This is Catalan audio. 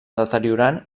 deteriorant